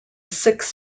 six